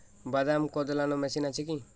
বাদাম কদলানো মেশিন আছেকি?